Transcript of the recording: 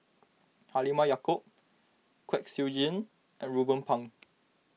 Halimah Yacob Kwek Siew Jin and Ruben Pang